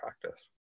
practice